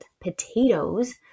potatoes